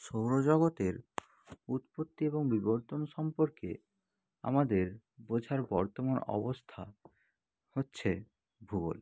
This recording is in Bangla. সৌরজগতের উৎপত্তি এবং বিবর্তন সম্পর্কে আমাদের বোঝার বর্তমান অবস্থা হচ্ছে ভূগোল